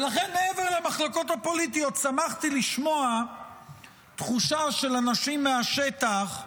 ולכן מעבר למחלוקות הפוליטיות שמחתי לשמוע תחושה של אנשים מהשטח,